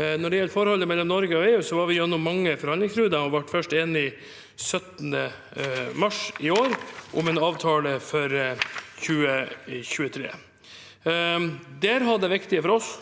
Når det gjelder forholdet mellom Norge og EU, var vi gjennom mange forhandlingsrunder og ble først 17. mars i år enige om en avtale for 2023. Der har det viktige for oss